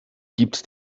gibt